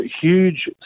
huge